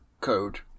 code